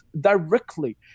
directly